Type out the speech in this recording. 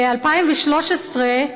ב-2013,